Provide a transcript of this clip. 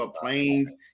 planes